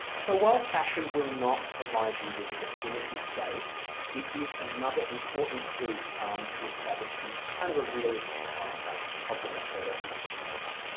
so while fashion will not provide you with a definitive date it is another important clue to establishing kind of a realistic timeframe of when a photo might be taken.